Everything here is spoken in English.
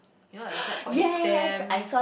you know like the black pork is damn